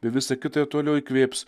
be visa kita toliau įkvėps